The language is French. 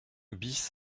bis